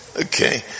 Okay